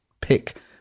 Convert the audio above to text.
pick